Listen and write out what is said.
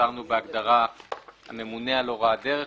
עצרנו בהגדרה "הממונה על הוראת הדרך",